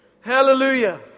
Hallelujah